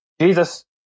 Jesus